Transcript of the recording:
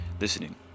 listening